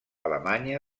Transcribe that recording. alemanya